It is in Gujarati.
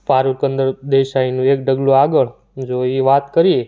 પારુ કંદર દેસાઈનું એક ડગલું આગળ જો એ વાત કરીએ